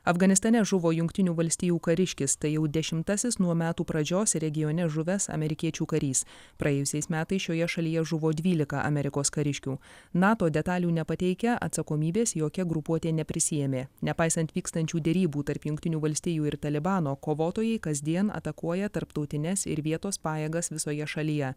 afganistane žuvo jungtinių valstijų kariškis tai jau dešimtasis nuo metų pradžios regione žuvęs amerikiečių karys praėjusiais metais šioje šalyje žuvo dvylika amerikos kariškių nato detalių nepateikia atsakomybės jokia grupuotė neprisiėmė nepaisant vykstančių derybų tarp jungtinių valstijų ir talibano kovotojai kasdien atakuoja tarptautines ir vietos pajėgas visoje šalyje